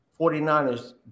49ers